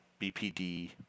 BPD